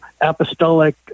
apostolic